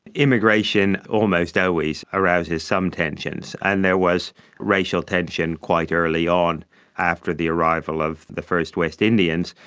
immigration almost always arouses some tensions, and there was racial tension quite early on after the arrival of the first west indians.